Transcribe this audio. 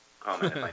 comment